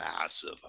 massive